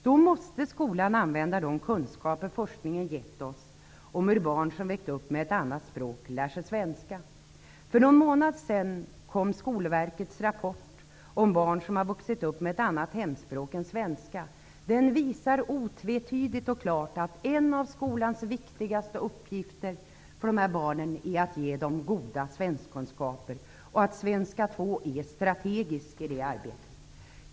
Då måste skolan använda de kunskaper forskningen givit oss om hur barn som vuxit upp med ett annat språk lär sig svenska. För någon månad sedan kom Skolverkets rapport om barn som har vuxit upp med ett annat hemspråk än svenska. Den visar otvetydigt och klart att en av skolans viktigaste uppgifter när det gäller dessa barn är att ge dem goda svenskakunskaper och att svenska 2 är strategiskt i det arbetet.